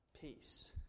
peace